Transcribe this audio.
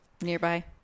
nearby